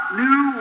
new